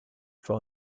for